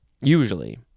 usually